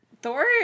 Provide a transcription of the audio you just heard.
Thor